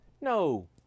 No